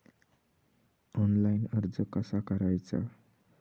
Online कर्ज कसा करायचा?